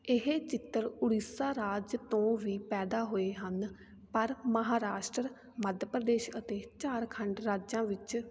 ਇਹ ਚਿੱਤਰ ਉੜੀਸਾ ਰਾਜ ਤੋਂ ਵੀ ਪੈਦਾ ਹੋਏ ਹਨ ਪਰ ਮਹਾਰਾਸ਼ਟਰ ਮੱਧ ਪ੍ਰਦੇਸ਼ ਅਤੇ ਝਾਰਖੰਡ ਰਾਜਾਂ ਵਿੱਚ